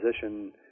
position –